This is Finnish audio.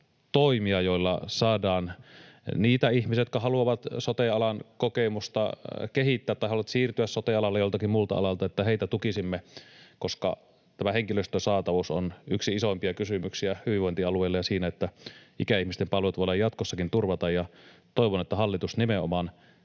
toimia, joilla saisimme niitä ihmisiä tuettua, jotka haluavat sote-alan kokemusta kehittää tai haluavat siirtyä sote-alalle joltakin muulta alalta, koska tämä henkilöstön saatavuus on yksi isoimpia kysymyksiä hyvinvointialueille ja siinä, että ikäihmisten palvelut voidaan jatkossakin turvata. Toivon, että hallitus nimenomaan